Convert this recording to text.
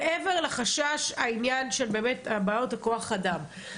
מעבר לחשש של העניין עם בעיות כוח האדם,